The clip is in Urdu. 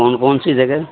کون کون سی جگہ